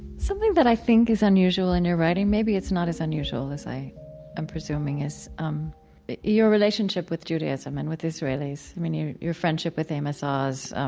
something that i think is unusual in your writing, maybe it's not as unusual as i am presuming, is um your relationship with judaism and with the israelis. i mean, your your friendship with amos oz.